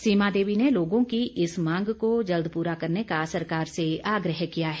सीमा देवी ने लोगों की इस मांग को जल्द पूरा करने का सरकार से आग्रह किया है